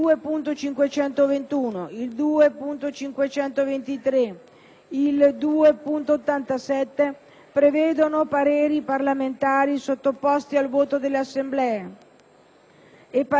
il 2.87 prevedono pareri parlamentari sottoposti al voto delle Assemblee e pareri parlamentari vincolanti su schemi di decreto legislativo;